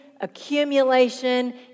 accumulation